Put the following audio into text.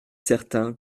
certain